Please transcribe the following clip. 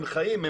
הם חיים,